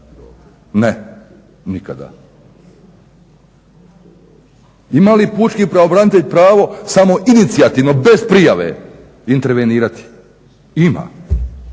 Ne, nikada. Ima li pučki pravobranitelj pravo samoinicijativno, bez prijave intervenirati? Ima,